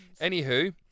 anywho